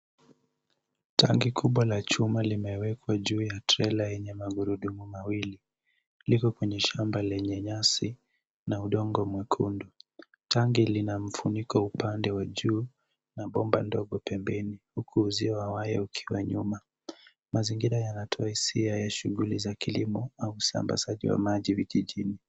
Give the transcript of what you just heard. Tanki kubwa la chuma limewekwa juu ya trela yenye magurudumu mawili. Liko kwenye shamba lenye nyasi na udongo mwekundu. Tanki lina mfuniko upande wa juu na bomba ndogo pembeni huku uzio wa waya ukiwa nyuma. Mazingira yanatoa hisia ya shughuli za kilimo au usambazaji wa maji vijijini